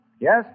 Yes